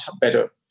better